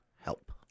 Help